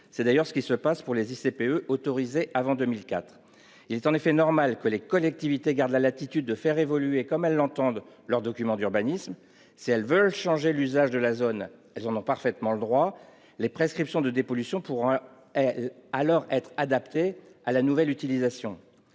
protection de l'environnement (ICPE) autorisées avant 2004. Il est en effet normal que les collectivités gardent la latitude de faire évoluer comme elles l'entendent leurs documents d'urbanisme. Si elles veulent changer l'usage de la zone, elles en ont parfaitement le droit. Les prescriptions de dépollution pourront alors être adaptées à ce nouvel usage.